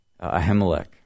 Ahimelech